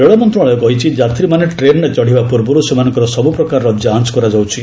ରେଳ ମନ୍ତ୍ରଶାଳୟ କହିଛି ଯାତ୍ରୀମାନେ ଟ୍ରେନ୍ରେ ଚଢ଼ିବା ପୂର୍ବରୁ ସେମାନଙ୍କର ସବୁ ପ୍ରକାରର ଯାଞ୍ଚ କରାଯାଉଛି